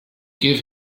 give